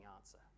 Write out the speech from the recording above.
answer